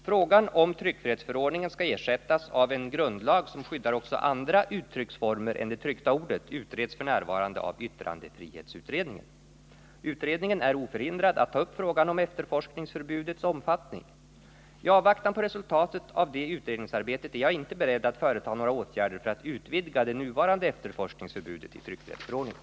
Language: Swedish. Frågan om tryckfrihetsförordningen skall ersättas av en grundlag som skyddar också andra uttrycksformer än det tryckta ordet utreds f. n. av yttrandefrihetsutredningen. Utredningen är oförhindrad att ta upp frågan om efterforskningsförbudets omfattning. I avvaktan på resultatet av det utredningsarbetet är jag inte beredd att företa några åtgärder för att utvidga det nuvarande efterforskningsförbudet i tryckfrihetsförordningen.